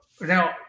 Now